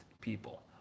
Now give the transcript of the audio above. people